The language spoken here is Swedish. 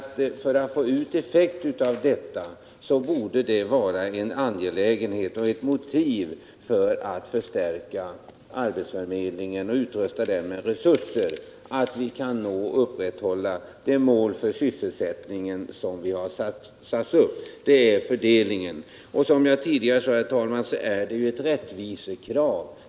För att få en effekt av detta stöd borde det vara angeläget att förstärka arbetsförmedlingen och utrusta den med resurser för att nå de sysselsättningsmål som vi har satt upp och upprätthålla denna sysselsättning. Som jag sade tidigare, herr talman, är det ett rättvisekrav.